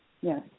yes